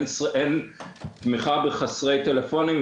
וגם אין בו תמיכה בפריסה גלובלית;